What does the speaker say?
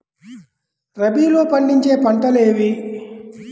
రబీలో పండించే పంటలు ఏవి?